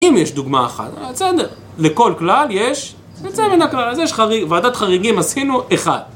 אם יש דוגמא אחת, אז בסדר, לכל כלל יש יוצא מן הכלל. אז יש חריג... ועדת חריגים, עשינו אחד.